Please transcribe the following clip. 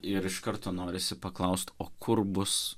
ir iš karto norisi paklaust o kur bus